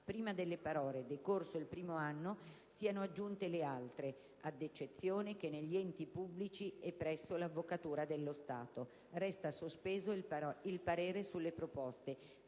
prima delle parole: "decorso il primo anno" siano aggiunte le altre: "Ad eccezione che negli enti pubblici e presso l'Avvocatura dello Stato". Resta sospeso il parere sulle proposte